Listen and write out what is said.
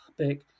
topic